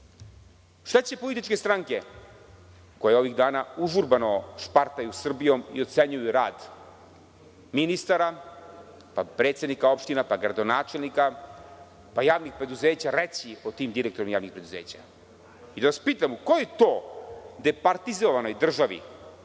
će političke stranke koje ovih dana užurbano špartaju Srbijom i ocenjuju rad ministara, predsednika opština, gradonačelnika, javnih preduzeća, reći o tim direktorima javnih preduzeća? Da vas pitam, u kojoj to departizovanoj državi